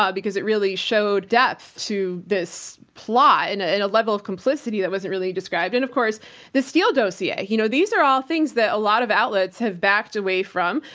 because it really showed depth to this plot and ah and a level of complicity that wasn't really described, and of course the steele dossier. you know, these are all things that a lot of outlets have backed away from,